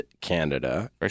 Canada